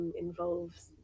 involves